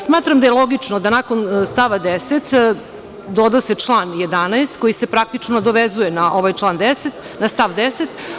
Smatram da je logično da nakon stava 10. doda se član 11, koji se praktično povezuje na ovaj stav 10.